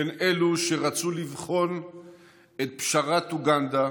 בין אלו שרצו לבחון את פשרת אוגנדה